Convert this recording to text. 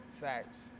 Facts